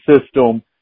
system